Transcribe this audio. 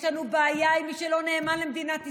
יש לנו בעיה עם מי שלא נאמן למדינת ישראל,